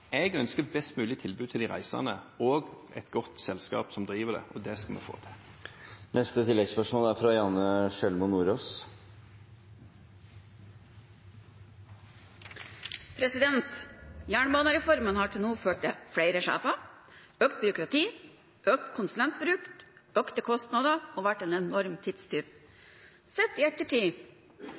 Jeg ønsker best mulig tilbud til de reisende og et godt selskap som driver det. Det skal vi få til. Janne Sjelmo Nordås – til oppfølgingsspørsmål. Jernbanereformen har til nå ført til flere sjefer, økt byråkrati, økt konsulentbruk, økte kostnader og vært en enorm tidstyv. Sett i ettertid